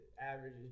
Average